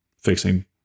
fixing